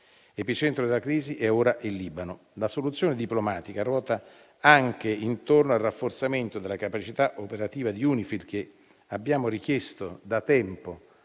Epicentro della crisi è ora il Libano. La soluzione diplomatica ruota anche intorno al rafforzamento della capacità operativa di UNIFIL, che abbiamo richiesto da tempo,